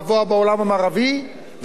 וזו המדינה האי-שוויונית ביותר.